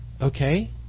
Okay